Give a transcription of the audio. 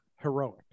heroic